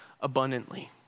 abundantly